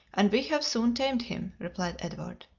and we have soon tamed him, replied edward.